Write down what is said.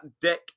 deck